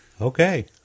Okay